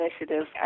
Initiative